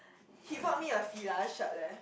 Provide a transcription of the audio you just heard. she bought me a Fila shirt leh